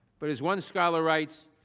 but as one scholar writes,